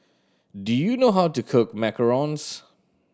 do you know how to cook macarons